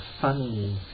funny